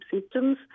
systems